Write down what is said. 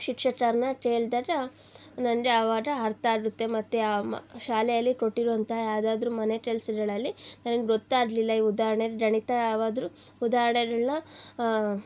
ಶಿಕ್ಷಕರನ್ನ ಕೇಳ್ದಾಗ ನನಗೆ ಆವಾಗ ಅರ್ಥ ಆಗುತ್ತೆ ಮತ್ತು ಶಾಲೆಯಲ್ಲಿ ಕೊಟ್ಟಿರುವಂಥ ಯಾವುದಾದ್ರು ಮನೆ ಕೆಲಸಗಳಲ್ಲಿ ನನ್ಗೆ ಗೊತ್ತಾಗಲಿಲ್ಲ ಈಗ ಉದಾಹರ್ಣೆಗ್ ಗಣಿತ ಯಾವ್ದಾದ್ರು ಉದಾಹರ್ಣೆಗಳ್ನ